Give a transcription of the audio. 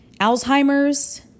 Alzheimer's